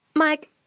Mike